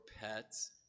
pets